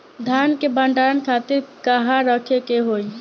धान के भंडारन खातिर कहाँरखे के होई?